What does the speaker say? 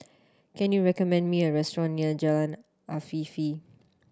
can you recommend me a restaurant near Jalan Afifi